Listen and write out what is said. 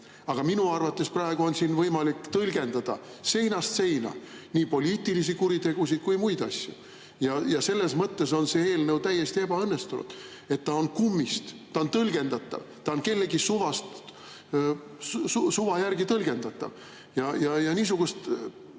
Aga minu arvates praegu on siin võimalik tõlgendada seinast seina nii poliitilisi kuritegusid kui ka muid asju. Selles mõttes on see eelnõu täiesti ebaõnnestunud, et ta on kummist, ta on tõlgendatav, ta on kellegi suva järgi tõlgendatav. Niisugust